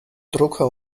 drucker